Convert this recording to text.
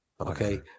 Okay